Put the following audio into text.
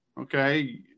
Okay